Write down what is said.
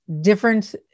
different